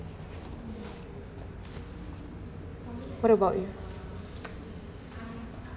what about you